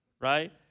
right